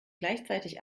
gleichzeitig